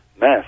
mess